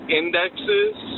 indexes